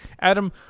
Adam